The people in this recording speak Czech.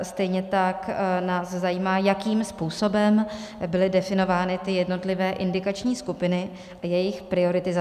Stejně tak nás zajímá, jakým způsobem byly definovány ty jednotlivé indikační skupiny a jejich prioritizace.